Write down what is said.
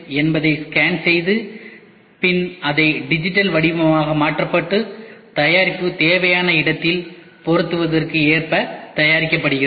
என்பதை ஸ்கேன் செய்துபின் அதை டிஜிட்டல் வடிவமாக மாற்றப்பட்டு தயாரிப்பு தேவையான இடத்தில் பொருத்துவதற்கு ஏற்ப தயாரிக்கப்படுகிறது